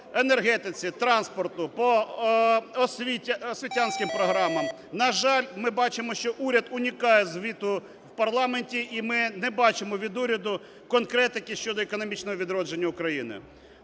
енергетиці, транспорту, по освітянським програмам. На жаль, ми бачимо, що уряд уникає звіту в парламенті, і ми не бачимо від уряду конкретики щодо економічного відродження України.